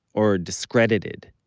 or discredited.